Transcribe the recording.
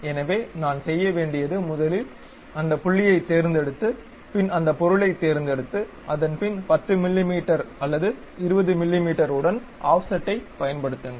எனவே நான் செய்ய வேண்டியது முதலில் அந்த புள்ளியைத் தேர்ந்தெடுத்து பின் அந்த பொருளைத் தேர்ந்தெடுத்து அதன்பின் 10 மிமீ அல்லது 20 மிமீ உடன் ஆஃப்செட்டைப் பயன்படுத்துங்கள்